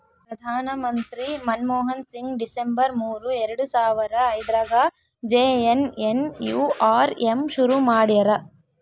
ಪ್ರಧಾನ ಮಂತ್ರಿ ಮನ್ಮೋಹನ್ ಸಿಂಗ್ ಡಿಸೆಂಬರ್ ಮೂರು ಎರಡು ಸಾವರ ಐದ್ರಗಾ ಜೆ.ಎನ್.ಎನ್.ಯು.ಆರ್.ಎಮ್ ಶುರು ಮಾಡ್ಯರ